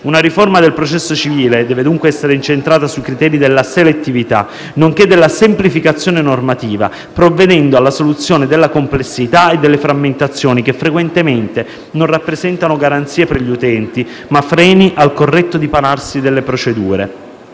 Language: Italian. Una riforma del processo civile deve dunque essere incentrata sui criteri della selettività, nonché della semplificazione normativa, provvedendo alla soluzione della complessità e delle frammentazioni che frequentemente rappresentano non garanzie per gli utenti, ma freni al corretto dipanarsi delle procedure.